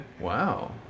Wow